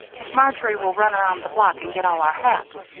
if marjory will run around the block and get all our hats.